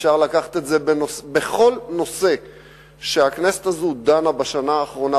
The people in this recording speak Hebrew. אפשר לקחת את זה בכל נושא שהכנסת הזו דנה בו בשנה האחרונה,